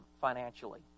financially